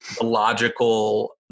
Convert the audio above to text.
logical